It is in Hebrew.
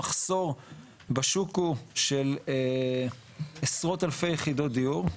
המחסור בשוק הוא של עשרות אלפי יחידות דיור.